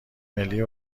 ملی